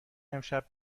امشب